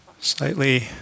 slightly